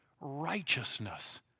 righteousness